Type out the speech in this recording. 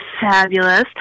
fabulous